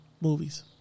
movies